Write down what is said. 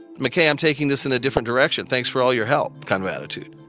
mckay, i'm taking this in a different direction, thanks for all your help kind of attitude